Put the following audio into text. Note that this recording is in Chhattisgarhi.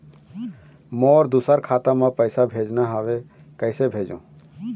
मोर दुसर खाता मा पैसा भेजवाना हवे, कइसे भेजों?